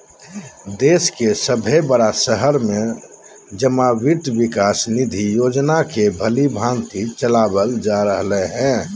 देश के सभे बड़ा शहर में जमा वित्त विकास निधि योजना के भलीभांति चलाबल जा रहले हें